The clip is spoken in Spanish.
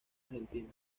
argentina